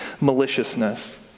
maliciousness